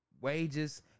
wages